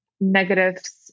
negatives